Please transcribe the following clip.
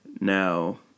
Now